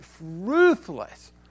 Ruthless